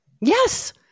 Yes